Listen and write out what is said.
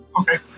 Okay